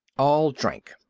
all drank,